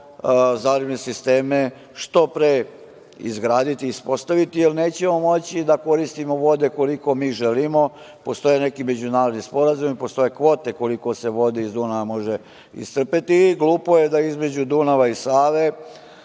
zalivne sisteme što pre izgraditi, ispostaviti, jer nećemo moći da koristimo vode koliko mi želimo. Postoje neki međunarodni sporazumi, postoje kvote koliko se vode iz Dunava može iscrpeti i glupo je da između Dunava i Save,